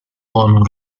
قانون